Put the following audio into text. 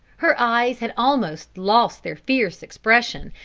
her eyes had almost lost their fierce expression,